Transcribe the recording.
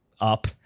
up